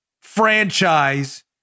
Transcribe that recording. franchise